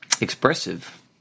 Expressive